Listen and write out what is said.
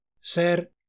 Ser